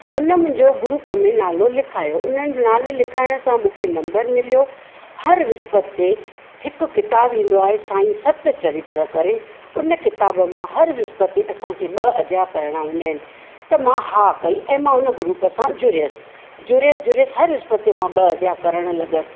त उन मुंहिंजो ग्रुप में नालो लिखायो उन नाले लिखायण सां मूंखे नंबरु मिलियो हर विस्पत ते हिकु किताबु ईंदो आहे सांई सत चरित्र करे उन किताबु मां हर विस्पत ते असांखे ॿ अध्याय पढ़णा हूंदा आहिनि त मां हा कई ऐं मां उन ग्रुप सां जुड़यसि जुड़यसि जुड़यसि हर विस्पत ते मां ॿ अध्याय करणु लॻसि